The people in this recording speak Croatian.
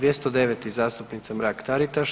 209. zastupnica Mrak Taritaš.